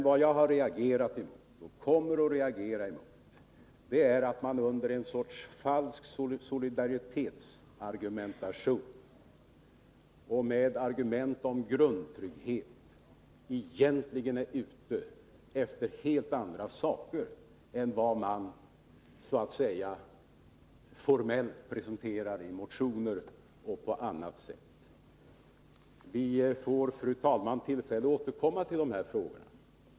Vad jag har reagerat emot, och kommer att reagera emot, är att man med en falsk solidaritetsargumentation och med ett 47 argument om grundtrygghet egentligen är ute efter helt andra saker än vad man så att säga formellt presenterar i motioner och på annat sätt. Vi får, fru talman, tillfälle att återkomma till dessa frågor.